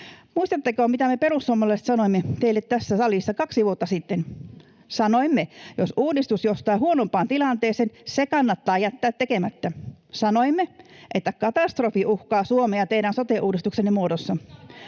Muistatteko, mitä me perussuomalaiset sanoimme teille tässä salissa kaksi vuotta sitten? Sanoimme, että jos uudistus johtaa huonompaan tilanteeseen, se kannattaa jättää tekemättä. Sanoimme, että katastrofi uhkaa Suomea teidän sote-uudistuksenne muodossa.